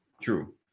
True